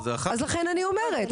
אז לכן אני אומרת,